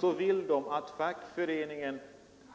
så vill de flesta av dem